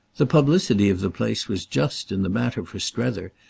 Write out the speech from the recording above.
the publicity of the place was just, in the matter, for strether,